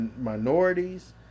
minorities